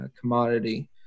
commodity